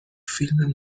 فیلم